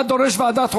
אני דורש ועדת חוקה.